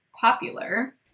popular